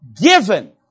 given